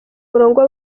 murongo